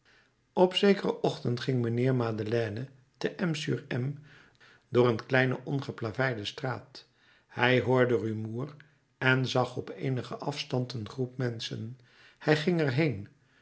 op zekeren ochtend ging mijnheer madeleine te m sur m door een kleine ongeplaveide straat hij hoorde rumoer en zag op eenigen afstand een groep menschen hij ging er heen